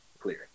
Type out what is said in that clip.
clear